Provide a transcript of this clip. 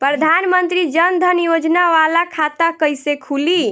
प्रधान मंत्री जन धन योजना वाला खाता कईसे खुली?